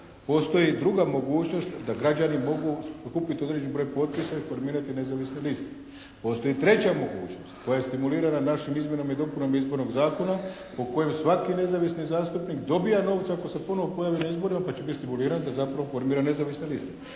Postoji druga mogućnost da građani mogu pokupiti određeni broj potpisa i formirati nezavisne liste. Postoji treća mogućnost koja je stimulirana našim izmjenama i dopunama Izbornog zakona po kojem svaki nezavisni zastupnik dobija novce ako se ponovo pojavi na izborima pa će biti stimuliran zapravo formira nezavisne liste.